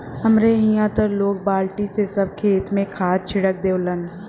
हमरे इहां त लोग बल्टी से सब खेत में खाद छिट देवलन